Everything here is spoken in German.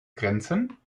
grenzen